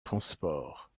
transports